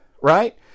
right